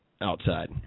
outside